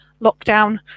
lockdown